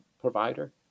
provider